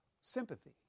sympathy